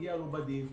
שמגיע לו בדין,